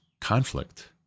conflict